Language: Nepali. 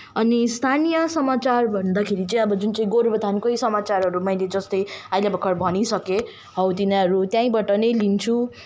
अनि स्थानीय समाचार भन्दाखेरि चाहिँ अब जुन चाहिँ गोरुबथानकै समाचारहरू मैले जस्तै अहिले भर्खर भनिसकेँ हो तिनीहरू त्यहीँबाट नै लिन्छु